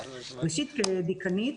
ראשית כדיקנית,